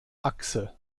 achse